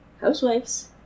housewives